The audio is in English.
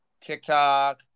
TikTok